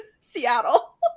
Seattle